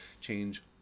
change